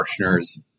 Marshner's